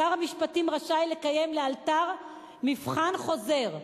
שר המשפטים רשאי לקיים לאלתר מבחן חוזר,